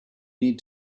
need